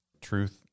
truth